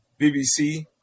BBC